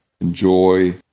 enjoy